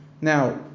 Now